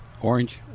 orange